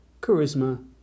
Charisma